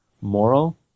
moral